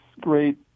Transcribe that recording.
great